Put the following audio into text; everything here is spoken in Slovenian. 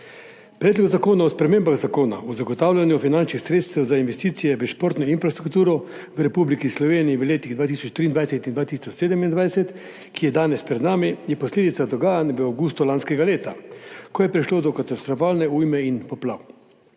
Predlog zakona o spremembah Zakona o zagotavljanju finančnih sredstev za investicije v športno infrastrukturo v Republiki Sloveniji v letih od 2023 do 2027, ki je danes pred nami, je posledica dogajanj v avgustu lanskega leta, ko je prišlo do katastrofalne ujme in poplav.